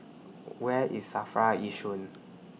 Where IS SAFRA Yishun